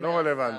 אומר השר.